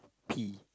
P